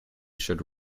should